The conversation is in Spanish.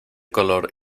color